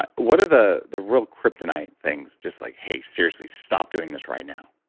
but what are the the real kryptonite things? just like, hey seriously, stop doing this right now